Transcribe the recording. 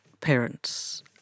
parents